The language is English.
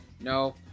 No